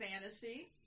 fantasy